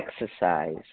Exercise